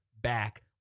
back